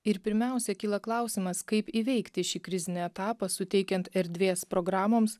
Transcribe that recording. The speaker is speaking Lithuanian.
ir pirmiausia kyla klausimas kaip įveikti šį krizinį etapą suteikiant erdvės programoms